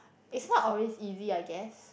it's not always easy I guess